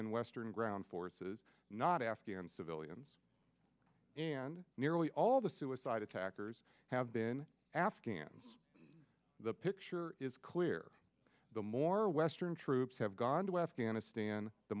and western ground forces not afghan civilians and nearly all the suicide attackers have been asking in the picture is clear the more western troops have gone to afghanistan the